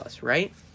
right